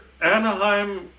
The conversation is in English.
Anaheim